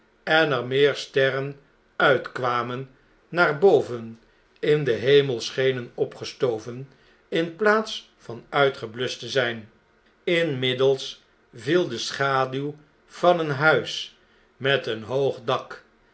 en er meer sterren uitkwamen naar boven in den hemel schenen opgeschoven in plaats van uitgebluscht te zijn inmiddels viel de schaduw van een huis met een hoog dak